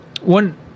one